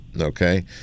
Okay